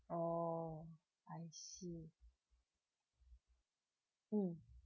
oh I see mm